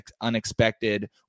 unexpected